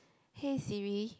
hey Siri